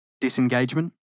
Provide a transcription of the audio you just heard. disengagement